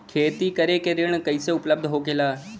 खेती करे के ऋण कैसे उपलब्ध होखेला?